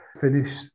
finish